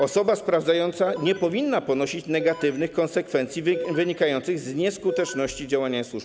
Osoba sprawdzająca nie powinna ponosić negatywnych konsekwencji wynikających z nieskuteczności działania służb.